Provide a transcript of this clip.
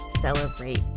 celebrate